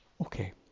Okay